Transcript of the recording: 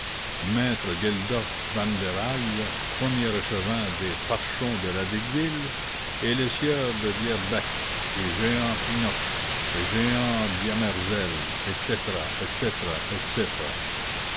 maître gheldolf van der hage premier échevin des parchons de ladite ville et le sieur de bierbecque et jehan pinnock et jehan dymaerzelle etc etc etc